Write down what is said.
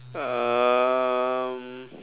um